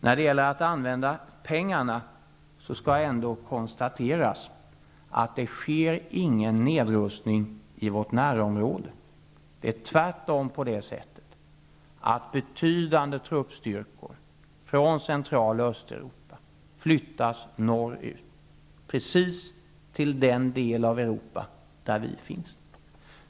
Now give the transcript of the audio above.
När det gäller fågan om att använda pengarna skall konstateras att det inte sker någon nedrustning i vårt närområde. Det är tvärtom så att betydande truppstyrkor från Central och Östeuropa flyttas norrut, precis till den del av Europa där vi finns.